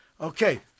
Okay